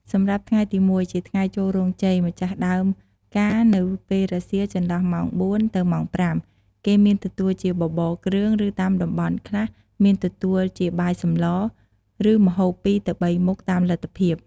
សម្រាប់់ថ្ងៃទី១ ជាថ្ងៃចូលរោងជ័យម្ចាស់ដើមការនៅពេលរសៀលចន្លោះម៉ោង៤ទៅម៉ោង៥គេមានទទួលជាបបរគ្រឿង ឬតាមតំបន់ខ្លះមានទទួលជាបាយសម្ល និងម្ហូប២ទៅ៣មុខតាមលទ្ធភាព ។